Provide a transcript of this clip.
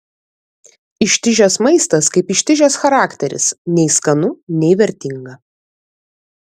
ištižęs maistas kaip ištižęs charakteris nei skanu nei vertinga